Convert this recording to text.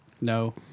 No